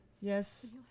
Yes